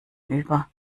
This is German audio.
über